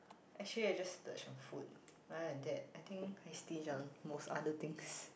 actually I just splurge on food other than that I think I stinge on most other things